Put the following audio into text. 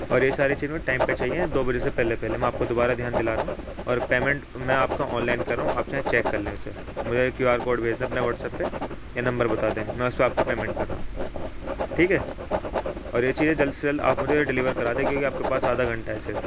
اور یہ ساری چیزیں مجھے ٹائم پہ چاہئیں دو بجے سے پہلے پہلے میں آپ کو دوبارہ دھیان دلا رہا ہوں اور پیمنٹ میں آپ کا آن لائن کر رہا ہوں آپ چاہیے چیک کر لیں اسے مجھے کیو آر کوڈ بھیج دیں اپنا واٹسپ پہ یا نمبر بتا دیں میں اس پہ آپ کی پیمنٹ کر رہا ہوں ٹھیک ہے اور یہ چیزیں جلد سے جلد آپ مجھے ڈلیور کرا دے کیوںکہ آپ کے پاس آدھا گھنٹہ ہے صرف